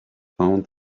found